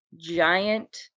giant